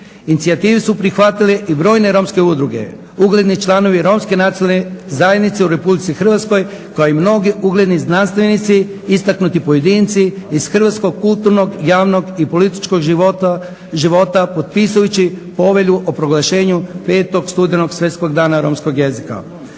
Inicijativu su prihvatile i brojne romske udruge, ugledni članovi romske nacionalne zajednice u Republici Hrvatskoj, kao i mnogi ugledni znanstvenici, istaknuti pojedinci iz hrvatskog kulturnog, javnog i političkog života, potpisujući Povelju o proglašenju 5. studenog Svjetskog dana romskog jezika.